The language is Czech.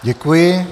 Děkuji.